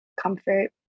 comfort